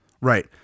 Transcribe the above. Right